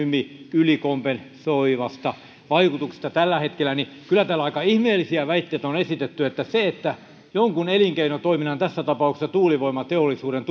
ylikompensoivasta vaikutuksesta tällä hetkellä niin kyllä täällä aika ihmeellisiä väitteitä on esitetty että se parantaa tämän liiketoiminnan kannattavuutta että jonkun elinkeinotoiminnan tässä tapauksessa tuulivoimateollisuuden